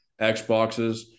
Xboxes